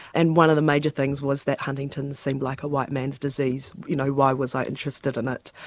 and one of the major things was that huntington's seemed like a white man's disease, you know why was i interested in it,